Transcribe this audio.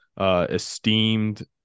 esteemed